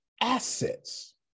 assets